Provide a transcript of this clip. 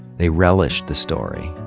they relished the story.